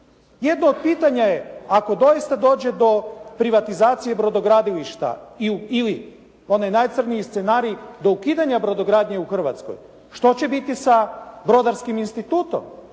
Jedno od pitanja je ako doista dođe do privatizacije brodogradilišta ili onaj najcrnji scenarij do ukidanja brodogradnje u Hrvatskoj što će biti sa Brodarskim institutom,